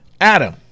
Adam